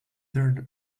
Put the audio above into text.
there